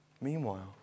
Meanwhile